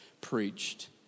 preached